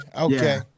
okay